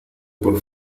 por